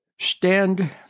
stand